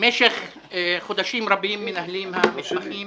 במשך חודשים רבים מנהלים המתמחים